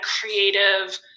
creative